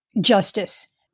justice